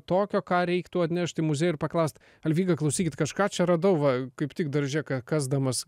tokio ką reiktų atnešt muziejų ir paklaust alvyga klausykit kažką čia radau va kaip tik darže ką kasdamas